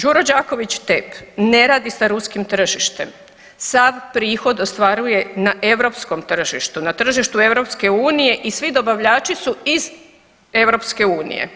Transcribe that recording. Đuro Đaković TEP ne radi sa ruskim tržištem, sav prihod ostvaruje na europskom tržištu, na tržištu EU i svi dobavljači su iz EU.